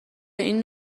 این